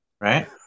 Right